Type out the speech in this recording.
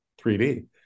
3D